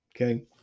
okay